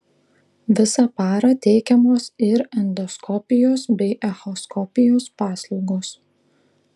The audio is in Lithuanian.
visą parą teikiamos ir endoskopijos bei echoskopijos paslaugos